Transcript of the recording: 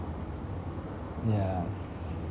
yeah